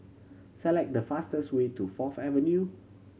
select the fastest way to Fourth Avenue